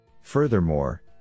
Furthermore